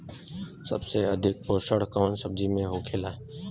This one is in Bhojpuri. सबसे अधिक पोषण कवन सब्जी में होखेला?